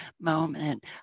moment